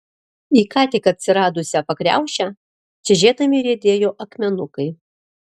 į ką tik atsiradusią pakriaušę čežėdami riedėjo akmenukai